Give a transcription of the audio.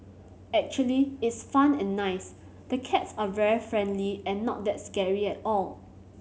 actually it's fun and nice the cats are very friendly and not that scary at all